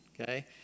okay